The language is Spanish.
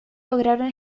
lograron